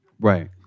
Right